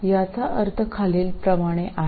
याचा अर्थ खालीलप्रमाणे आहे